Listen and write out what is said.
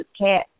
cat